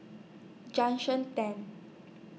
Junction ten